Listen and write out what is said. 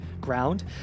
ground